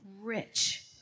rich